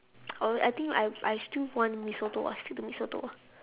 oh I think I I still want mee soto I see the mee-soto